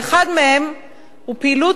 ואחד מהם הוא פעילות